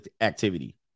activity